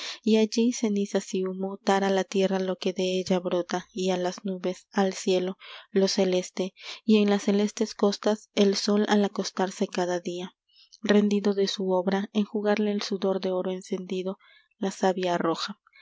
y allí cenizas y humo dar a la tierra lo que de ella brota y a las nubes al cielo lo celeste y en las celestes cosías el sol al acostarse cada día rendido de su obra enjugarle el sudor de oro encendido la savia roja